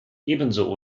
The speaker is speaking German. ebenso